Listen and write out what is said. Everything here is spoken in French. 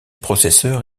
processeur